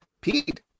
Pete